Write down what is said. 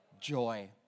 joy